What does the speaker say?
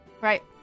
right